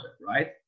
right